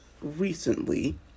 recently